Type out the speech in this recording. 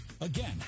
Again